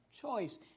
choice